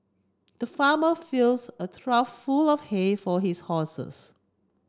the farmer fills a trough full of hay for his horses